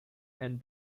and